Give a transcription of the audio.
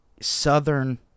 southern